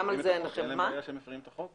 גם על זה אין לכם --- אין להם בעיה שהם מפרים את החוק?